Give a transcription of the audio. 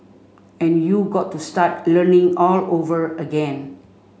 and you got to start learning all over again